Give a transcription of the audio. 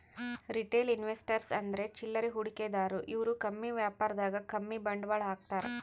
retail investors ಅಂದ್ರ ಚಿಲ್ಲರೆ ಹೂಡಿಕೆದಾರು ಇವ್ರು ಕಮ್ಮಿ ವ್ಯಾಪಾರದಾಗ್ ಕಮ್ಮಿ ಬಂಡವಾಳ್ ಹಾಕ್ತಾರ್